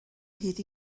hyd